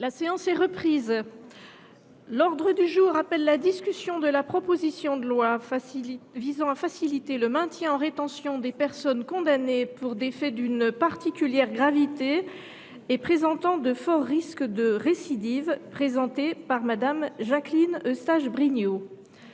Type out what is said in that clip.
La séance est reprise. L’ordre du jour appelle la discussion de la proposition de loi visant à faciliter le maintien en rétention des personnes condamnées pour des faits d’une particulière gravité et présentant de forts risques de récidive, présentée par Mme Jacqueline Eustache Brinio